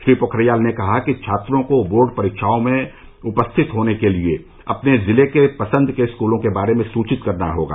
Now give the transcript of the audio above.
श्री पोखरियाल ने कहा कि छात्रों को बोर्ड परीक्षाओं में उपरिथित होने के लिए अपने जिले के पसंद के स्कूलों के बारे में सूचित करना होगा